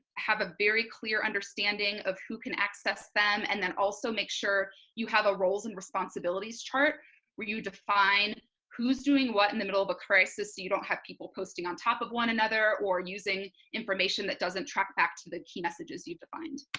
have a very clear understanding of who can access them, and then also make sure you have a roles and responsibilities chart where you define who's doing what in the middle of a crisis. you don't have people posting on top of one another or using information that doesn't track back to the key messages you've defined.